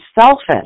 selfish